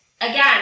again